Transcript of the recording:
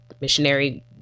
missionary